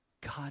God